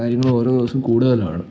കാര്യങ്ങൾ ഓരോ ദിവസം കൂടുതലാണ്